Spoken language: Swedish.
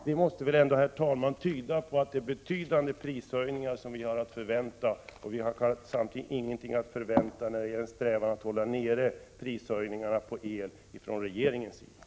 Det måste väl ändå, herr talman, tyda på att det är betydande prishöjningar som vi har att vänta. Samtidigt har vi ingenting att förvänta när det gäller en strävan från regeringens sida att hålla nere prishöjningarna på el.